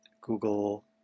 google